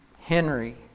Henry